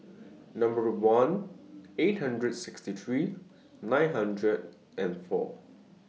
Number one eight hundred sixty three nine hundred and four